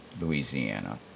Louisiana